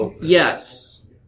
Yes